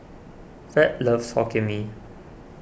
Fed loves Hokkien Mee